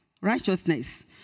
Righteousness